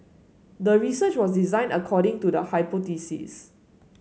the research was designed according to the hypothesis